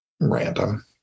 random